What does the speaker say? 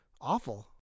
awful